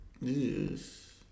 Yes